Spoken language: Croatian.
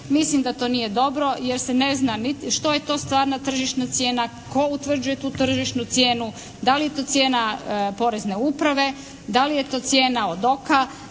Mislim da to nije dobro jer se ne zna niti što je to stvarna tržišna cijena, tko utvrđuje tu tržišnu cijenu, da li je to cijena porezne uprave, da li je to cijena od oka,